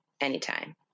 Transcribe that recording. anytime